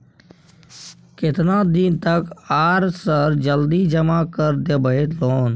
केतना दिन तक आर सर जल्दी जमा कर देबै लोन?